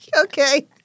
okay